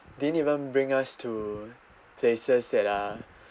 didn't even bring us to places that are